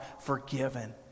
forgiven